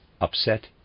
upset